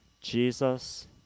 Jesus